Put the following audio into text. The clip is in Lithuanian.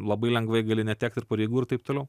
labai lengvai gali netekt ir pareigų ir taip toliau